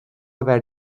haver